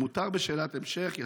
מותר בשאלת המשך, בכבוד.